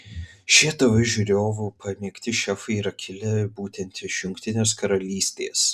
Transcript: šie tv žiūrovų pamėgti šefai yra kilę būtent iš jungtinės karalystės